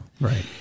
Right